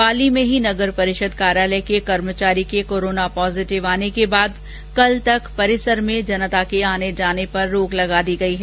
पाली में ही नगर परिषद कार्यालय के कर्मचारी के कोरोना पॉज़िटिव आने के बाद कल तक परिसर में जनता के आने जाने पर रोक लगा दी है